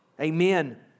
Amen